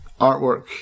artwork